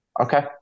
Okay